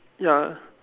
ya